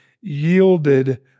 yielded